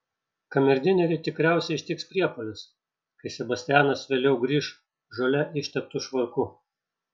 kamerdinerį tikriausiai ištiks priepuolis kai sebastianas vėliau grįš žole išteptu švarku